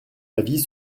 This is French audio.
l’avis